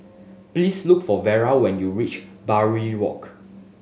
please look for Vara when you reach Barbary Walk